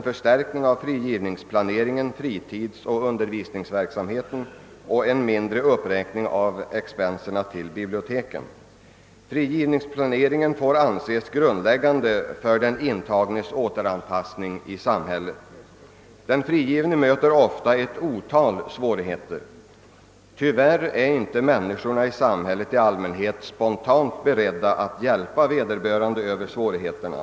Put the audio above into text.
Frigivningsplaneringen får «anses grundläggande för den intagnes återanpassning i samhället. Den frigivne möter ofta ett otal svårigheter. Tyvärr är människorna i samhället i allmänhet inte spontant beredda att hjälpa vederbörande över svårigheterna.